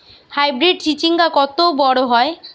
Hybrid চিচিংঙ্গা কত বড় হয়?